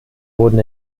wurden